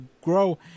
grow